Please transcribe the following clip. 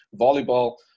volleyball